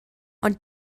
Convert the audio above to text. ond